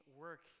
work